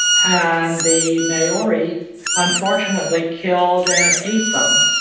and the maori unfortunately killed and ate them.